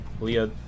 Leah